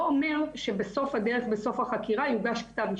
זה לא אומר שזה לא נעשה.